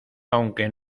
aunque